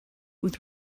with